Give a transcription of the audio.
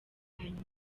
hanyuma